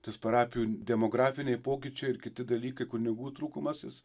tas parapijų demografiniai pokyčiai ir kiti dalykai kunigų trūkumas jis